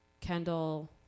Kendall